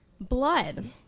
blood